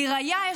ולראיה,